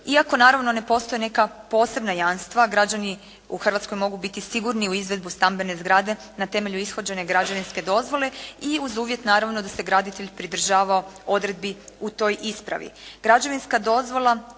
Iako naravno ne postoji neka posebna jamstva, građani u Hrvatskoj mogu biti sigurni u izvedbu stambene zgrade na temelju ishođene građevinske dozvole i uz uvjet naravno da se graditelj pridržavao odredbi u toj ispravi.